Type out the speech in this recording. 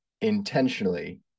intentionally